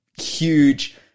huge